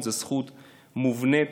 היא זכות מובנית